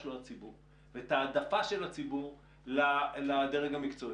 לו הציבור ואת ההעדפה של הציבור לדרג המקצועי.